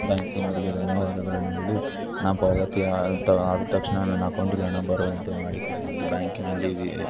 ಬ್ಯಾಂಕಿನವರಿಗೆ ಧನ್ಯವಾದಗಳನ್ನು ಹೇಳಿ ಹಣ ಪಾವತಿ ಆತ ಆದ ತಕ್ಷಣ ನನ್ನ ಅಕೌಂಟಿಗೆ ಹಣ ಬರುವಂತೆ ಮಾಡಿಕೊಡಿ ಎಂದು ಬ್ಯಾಂಕಿನಲ್ಲಿ ವೀ